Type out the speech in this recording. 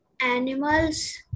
Animals